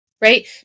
right